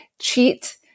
cheat